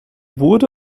wurde